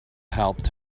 helped